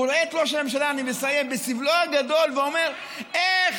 הוא רואה את ראש הממשלה בסבלו הגדול ואומר: איך